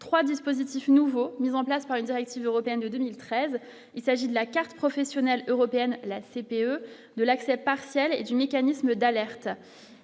3 dispositifs nouveaux, mis en place par une directive européenne de 2013, il s'agit de la carte professionnelle européenne la CPE de l'accès partiel du mécanisme d'alerte,